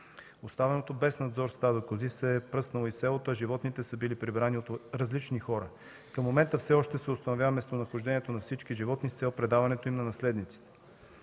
Останалото без надзор стадо кози се е пръснало из селото, а животните са били прибрани от различни хора. Към момента все още се установява местонахождението на всички животни с цел предаването им на наследниците